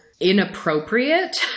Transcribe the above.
inappropriate